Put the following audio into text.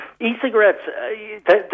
E-cigarettes